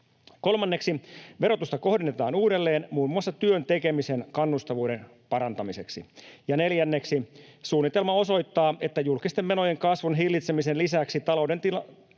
Kolmanneksi, verotusta kohdennetaan uudelleen muun muassa työn tekemisen kannustavuuden parantamiseksi. Ja neljänneksi, suunnitelma osoittaa, että julkisten menojen kasvun hillitsemisen lisäksi talouden tilanteen